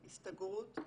הסתגרות,